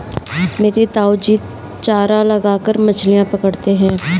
मेरे ताऊजी चारा लगाकर मछलियां पकड़ते हैं